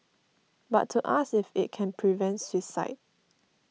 but to ask if it can prevent suicide